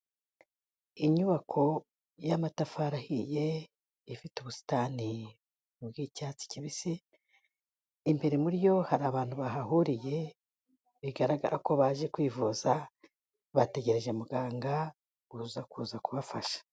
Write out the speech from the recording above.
Inyubako y'amatafari ahiye, ifite ubusitani bw'icyatsi kibisi, imbere muri yo hari abantu bahahuriye bigaragara ko baje kwivuza, bategereje muganga uza kuza kubafasha.